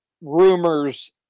rumors